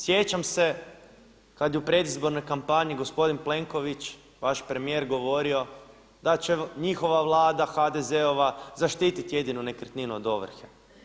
Sjećam se kada je u predizbornoj kampanji gospodin Plenković, vaš premijer govorio da će njihova Vlada, HDZ-ova zaštiti jedinu nekretninu od ovrhe.